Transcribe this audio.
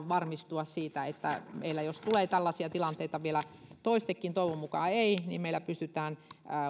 varmistua siitä että jos meillä tulee tällaisia tilanteita vielä toistekin toivon mukaan ei niin meillä pystytään